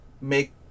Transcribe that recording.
make